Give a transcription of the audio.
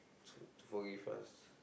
to forgive us